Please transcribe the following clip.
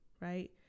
right